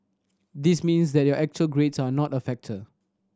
this means that your actual grades are not a factor